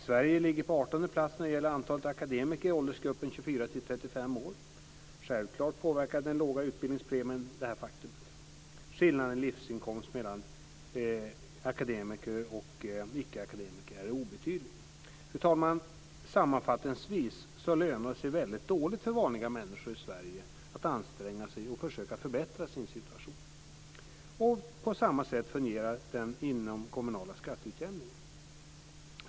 Sverige ligger på 18:e plats när det gäller antalet akademiker i åldersgruppen 24-35 år. Självklart påverkar den låga utbildningspremien det faktumet. Skillnaden i livsinkomst mellan akademiker och ickeakademiker är obetydlig. Fru talman! Sammanfattningsvis lönar det sig väldigt dåligt för vanliga människor i Sverige att anstränga sig och försöka förbättra sin situation. På samma sätt fungerar den inomkommunala skatteutjämningen.